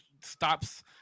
stops